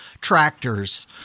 tractors